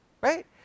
right